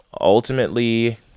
ultimately